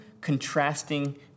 contrasting